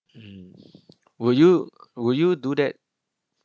hmm you will you will you do that